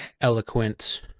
eloquent